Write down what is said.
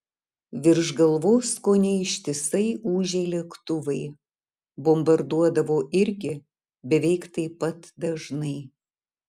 virš galvos kone ištisai ūžė lėktuvai bombarduodavo irgi beveik taip pat dažnai